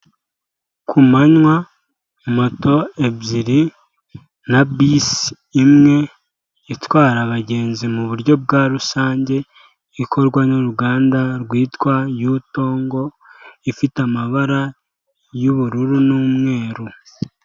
Kumanywa moto ebyiri na bisi imwe itwara abagenzi mu buryo bwa rusange, ikorwa n'uruganda rwitwa Yutongo, ifite amabara y'ubururu n'umweru.